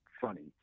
funny